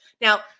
Now